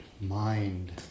mind